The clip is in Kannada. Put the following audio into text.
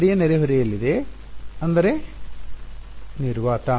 ವಿದ್ಯಾರ್ಥಿ ಅಂದರೆ ನಿರ್ವಾತ